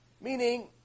Meaning